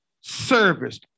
service